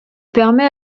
permet